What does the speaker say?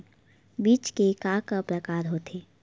बीज के का का प्रकार होथे?